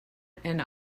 and